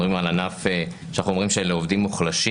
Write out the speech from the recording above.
מדברים על ענף שאנחנו אומרים שאלה עובדים מוחלשים.